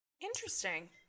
Interesting